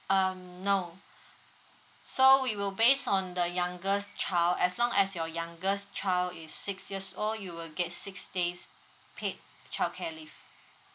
um no so we will based on the youngest child as long as your youngest child is six years old you will get six days paid childcare leave